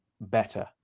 better